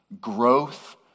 growth